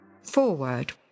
Forward